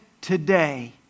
today